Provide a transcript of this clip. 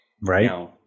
Right